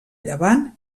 llevant